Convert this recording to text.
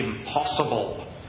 impossible